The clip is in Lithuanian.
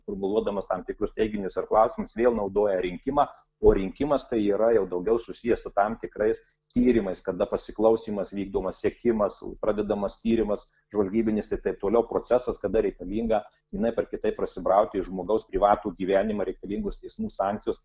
formuluodamas tam tikrus teiginius ar klausimus vėl naudoja rinkimą o rinkimas tai yra jau daugiau susiję su tam tikrais tyrimais kada pasiklausymas vykdomas sekimas pradedamas tyrimas žvalgybinis taip toliau procesas kada reikalinga vienaip ar kitaip prasibrauti į žmogaus privatų gyvenimą reikalingos teismų sankcijos